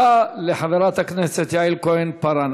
תודה לחברת הכנסת יעל כהן-פארן.